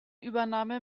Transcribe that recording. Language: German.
übernahme